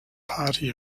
party